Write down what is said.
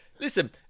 Listen